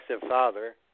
father